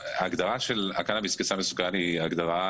לרכוש או לתפוס מקום של כספת ייעודית רק לקנאביס?